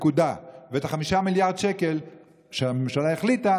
ואת ה-5 מיליארד שקל שהממשלה החליטה,